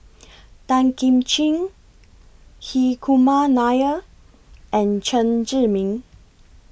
Tan Kim Ching Hri Kumar Nair and Chen Zhiming